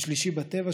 ו"שלישי בטבע",